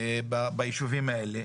ביישובים האלה.